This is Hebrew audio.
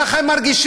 ככה הם מרגישים.